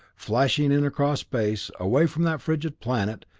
flashing in across space, away from that frigid planet,